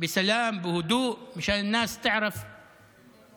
בשלום ובשלווה, כדי שהאנשים ידעו להעניק,